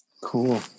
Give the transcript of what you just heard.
Cool